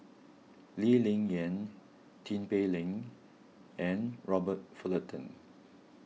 Lee Ling Yen Tin Pei Ling and Robert Fullerton